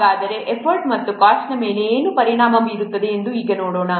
ಹಾಗಾದರೆ ಎಫರ್ಟ್ ಮತ್ತು ಕಾಸ್ಟ್ನ ಮೇಲೆ ಏನು ಪರಿಣಾಮ ಬೀರುತ್ತದೆ ಎಂದು ಈಗ ನೋಡೋಣ